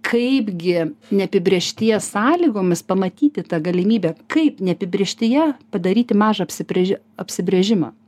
kaipgi neapibrėžties sąlygomis pamatyti tą galimybę kaip ne apibrėžtyje padaryti mažą apsibrėži apsibrėžimą